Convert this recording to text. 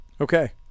okay